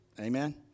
Amen